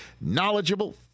knowledgeable